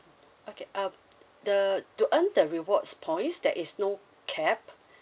okay uh the to earn the rewards points that is no